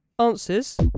answers